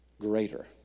Greater